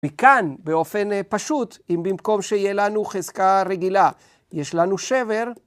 מכאן, באופן פשוט, אם במקום שיהיה לנו חזקה רגילה, יש לנו שבר,